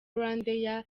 rwandair